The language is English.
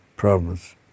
problems